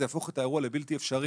זה יהפוך את האירוע לבלתי אפשרי.